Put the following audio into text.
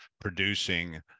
producing